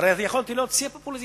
הרי יכולתי להיות שיא הפופוליזם,